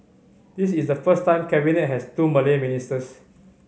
this is the first time Cabinet has two Malay ministers